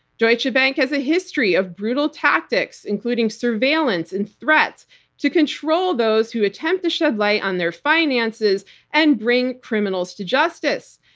deutsche bank has a history of brutal tactics, including surveillance and threats to control those who attempt to shed light on their finances and bring criminals to justice.